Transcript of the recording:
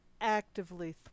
actively